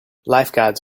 lifeguards